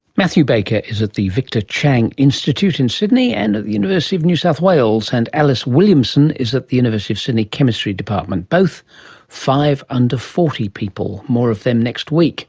matthew baker is at the victor chang institute in sydney, and at the university of new south wales. and alice williamson is at the university of sydney chemistry department, both five under forty people. more of them next week